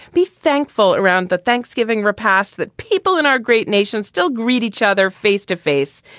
be thankful around the thanksgiving repast that people in our great nation still greet each other face to face.